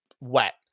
wet